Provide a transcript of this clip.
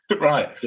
Right